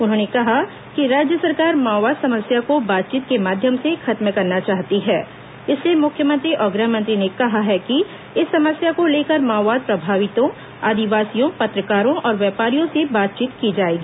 उन्होंने कहा कि राज्य सरकार माओवाद समस्या को बातचीत के माध्यम से खत्म करना चाहती है इसलिए मुख्यमंत्री और गृह मंत्री ने कहा है कि इस समस्या को लेकर माओवाद प्रभावितों आदिवासियों पत्रकारों और व्यापारियों से बातचीत की जाएगी